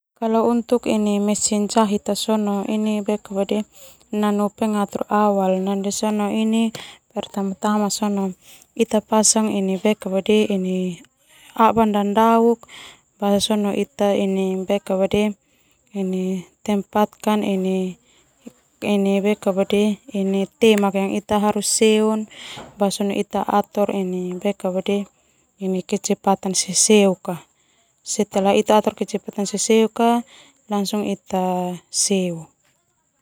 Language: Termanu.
Nanu pengatur awal ndia sona ita pasang abas dadauk tempatkan temak ita harus seu ita atur kecepatan seseuk.